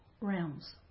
realm's